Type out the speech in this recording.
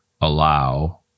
allow